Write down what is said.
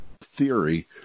theory